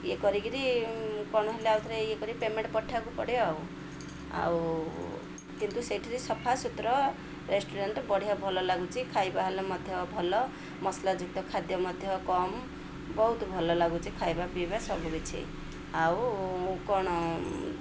ଇଏ କରିକିରି କ'ଣ ହେଲା ଆଉ ଥରେ ଇଏ କରି ପେମେଣ୍ଟ ପଠାଇବାକୁ ପଡ଼ିବ ଆଉ ଆଉ କିନ୍ତୁ ସେଇଠାରେ ସଫାସୁୁତୁରା ରେଷ୍ଟୁରାଣ୍ଟ ବଢ଼ିଆ ଭଲ ଲାଗୁଛି ଖାଇବା ହେଲେ ମଧ୍ୟ ଭଲ ମସଲାଯୁକ୍ତ ଖାଦ୍ୟ ମଧ୍ୟ କମ୍ ବହୁତ ଭଲ ଲାଗୁଛି ଖାଇବା ପିଇବା ସବୁ କିିଛି ଆଉ ମୁଁ କ'ଣ